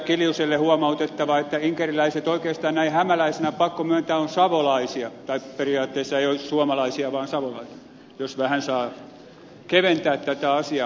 kiljuselle ainoana huomautettava että inkeriläiset oikeastaan näin hämäläisenä on pakko myöntää ovat savolaisia periaatteessa eivät ole suomalaisia vaan savolaisia jos vähän saa keventää tätä asiaa